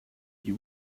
you